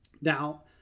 Now